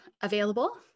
available